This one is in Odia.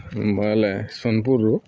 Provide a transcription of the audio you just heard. ବଏଲେ ସୋନ୍ପୁର୍ରୁ